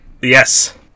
Yes